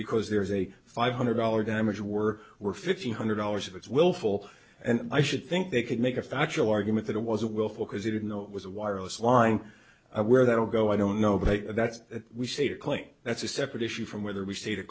because there's a five hundred dollars damage we're we're fifteen hundred dollars if it's willful and i should think they could make a factual argument that it was a willful because they didn't know it was a wireless line where that will go i don't know but that's what we say to claim that's a separate issue from whether we stayed a